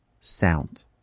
sound